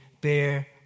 bear